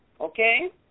Okay